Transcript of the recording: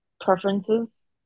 preferences